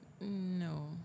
No